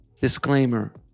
Disclaimer